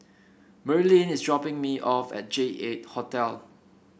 Merilyn is dropping me off at J eight Hotel